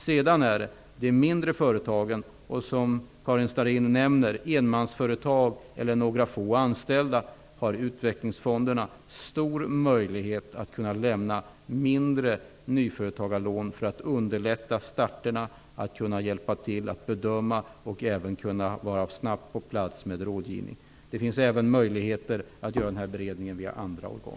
Till de mindre företagen, enmansföretagen och företagen med några få anställda, som Karin Starrin nämner, har utvecklingsfonderna stor möjlighet att lämna mindre nyföretagarlån för att underlätta starten. De kan hjälpa till med bedömningar och snabbt vara på plats med rådgivning. Det finns även möjligheter att göra den här beredningen via andra organ.